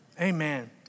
Amen